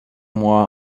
mois